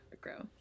grow